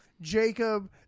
Jacob